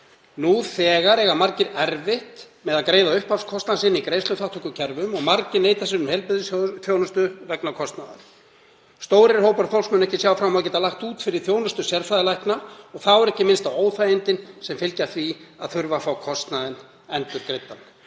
Nú þegar eiga margir erfitt með að greiða upphafskostnað sinn í greiðsluþátttökukerfunum og margir neita sér um heilbrigðisþjónustu vegna kostnaðar. Stórir hópar fólks munu ekki sjá fram á að geta lagt út fyrir þjónustu sérfræðilækna og þá er ekki minnst á óþægindin sem fylgja því að þurfa að fá kostnaðinn endurgreiddan.“